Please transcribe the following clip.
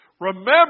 Remember